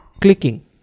clicking